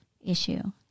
issue